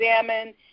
examine